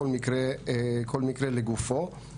כדי למנוע המשך פגיעה.